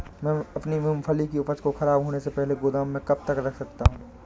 मैं अपनी मूँगफली की उपज को ख़राब होने से पहले गोदाम में कब तक रख सकता हूँ?